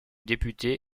député